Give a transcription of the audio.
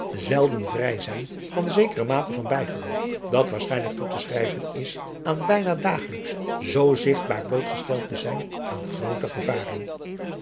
zelden vrij zijn van zekere mate van bijgeloof dat waarschijnlijk toe te schrijven is aan bijna dagelijks zoo zigtbaar blootgesteld te zijn aan groote gevaren